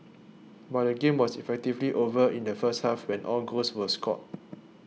but the game was effectively over in the first half when all goals were scored